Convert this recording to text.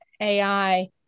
AI